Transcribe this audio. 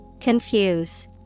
Confuse